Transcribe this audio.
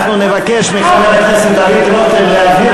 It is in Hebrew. אנחנו נבקש מחבר הכנסת דוד רותם להבהיר